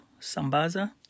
Sambaza